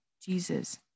Jesus